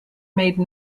made